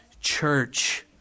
church